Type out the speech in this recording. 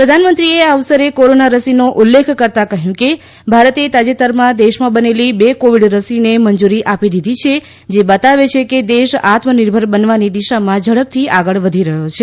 પ્રધાનમંત્રીએ આ અવસરે કોરોના રસીનો ઉલ્લેખ કરતાં કહ્યું કે ભારતે તાજેતરમાં દેશમાં બનેલી બે કોવિડ રસીને મંજૂરી આપી દીધી છે જે બતાવે છે કે દેશ આત્મનિર્ભર બનવાની દિશામાં ઝડપથી આગળ વધી રહ્યો છે